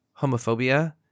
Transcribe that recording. homophobia